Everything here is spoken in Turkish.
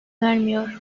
vermiyor